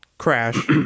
crash